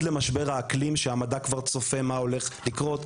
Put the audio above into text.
למשבר האקלים שהמדע כבר צופה מה הולך לקרות,